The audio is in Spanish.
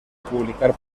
publicar